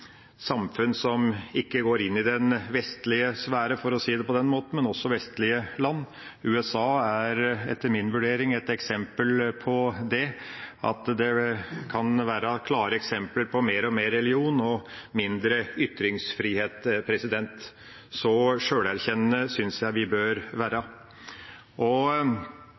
samfunn som ikke går inn i den vestlige sfære – for å si det på den måten – men også vestlige land. USA er etter min vurdering et klart eksempel på det: mer og mer religion og mindre ytringsfrihet. Så sjølerkjennende syns jeg vi bør være.